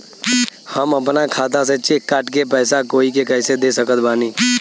हम अपना खाता से चेक काट के पैसा कोई के कैसे दे सकत बानी?